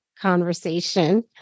conversation